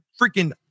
freaking